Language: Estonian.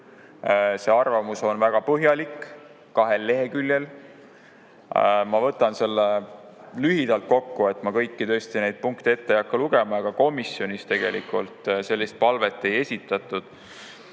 See arvamus on väga põhjalik, kahel leheküljel. Ma võtan selle lühidalt kokku. Ma tõesti kõiki neid punkte ei hakka ette lugema ja ka komisjonis tegelikult sellist palvet ei esitatud.